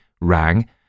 rang